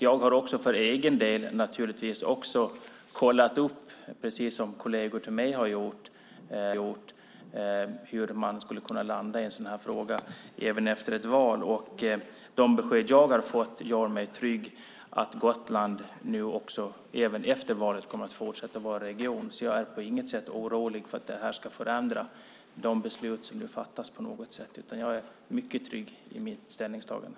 Jag har också för egen del kollat upp, precis som kolleger till mig har gjort, hur man skulle kunna landa i en sådan här fråga även efter ett val. De besked jag har fått gör mig trygg att Gotland även efter valet kommer att fortsätta att vara region. Jag är på inget sätt orolig att det ska förändra de beslut som nu fattas. Jag är mycket trygg i mitt ställningstagande.